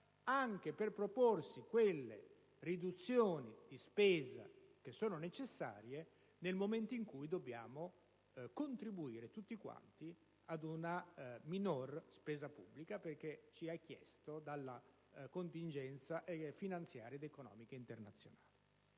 anche per proporre quelle riduzioni di spesa che sono necessarie nel momento in cui dobbiamo contribuire tutti quanti ad una minore spesa pubblica perché ci è chiesto dalla contingenza finanziaria ed economica internazionale.